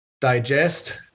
digest